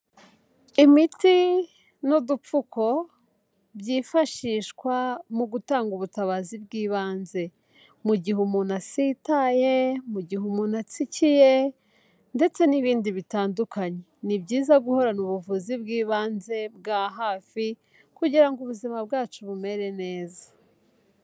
Imiti n'udupfuko; byifashishwa mu gutanga ubutabazi bw'ibanze; mu gihe umuntu asitaye, mu gihe umuntu atsikiye ndetse n'ibindi bitandukanye, ni byiza guhorana ubuvuzi bw'ibanze bwa hafi kugira ubuzima bwacu bumere neza.